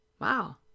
Wow